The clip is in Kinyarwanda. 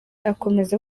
akomeza